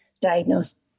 diagnosed